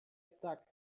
stuck